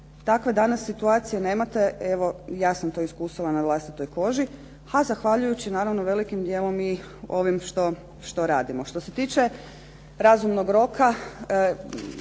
Takve danas situacije nemate, evo ja sam to iskusila na vlastitoj koži a zahvaljujući naravno velikim djelom i ovim što radimo. Što se tiče razumnog roka